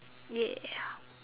!yay!